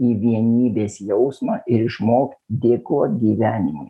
į vienybės jausmą ir išmokt dėkot gyvenimui